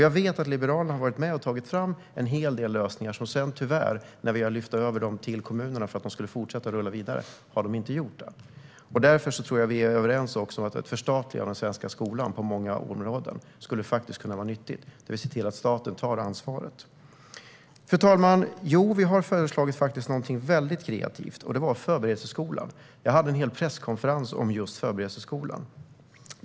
Jag vet att Liberalerna har varit med och tagit fram en hel del lösningar som sedan tyvärr, när vi har lyft över dem till kommunerna för att de skulle rulla vidare, inte har fortsatt. Därför tror jag att vi är överens också om att ett förstatligande av svenska skolan, det vill säga att vi ser till att staten tar ansvaret på många områden, skulle kunna vara nyttigt. Fru talman! Jo, vi har faktiskt föreslagit någonting väldigt kreativt, och det är förberedelseskolan. Jag hade en hel presskonferens om just förberedelseskolan.